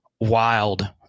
Wild